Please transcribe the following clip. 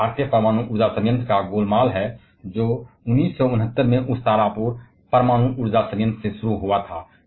और ये भारतीय परमाणु ऊर्जा संयंत्र का गोलमाल है जो 1969 में उस तारापुर परमाणु ऊर्जा संयंत्र से शुरू हुआ था